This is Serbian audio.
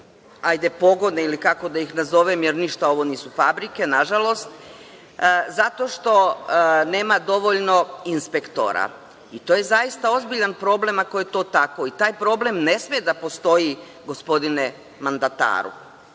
sve pogone, ili kako da ih nazovem, jer ništa ovo nisu fabrike nažalost, zato što nema dovoljno inspektora. To je zaista ozbiljan problem, ako je to tako. Taj problem ne sme da postoji, gospodine mandataru.